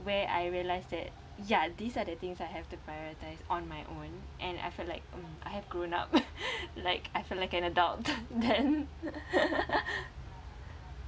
where I realized that ya these are the things I have to prioritize on my own and I felt like mm I have grown up like I felt like an adult then